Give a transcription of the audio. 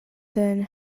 than